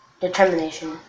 determination